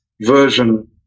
version